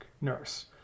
nurse